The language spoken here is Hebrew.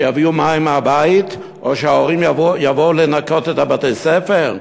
שיביאו מים מהבית או שההורים יבואו לנקות את בתי-הספר?